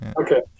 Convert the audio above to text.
Okay